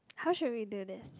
how should we do this